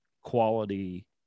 quality